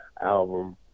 album